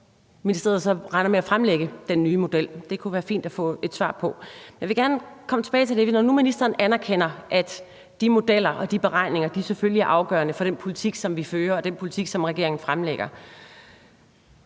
ministeriet så regner med at fremlægge den nye model. Det kunne være fint at få et svar på. Men jeg vil gerne tilbage til noget af det andet. Når nu ministeren anerkender, at de modeller og de beregninger selvfølgelig er afgørende for den politik, som vi fører, og den politik, som regeringen fremlægger,